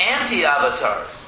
anti-avatars